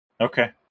Okay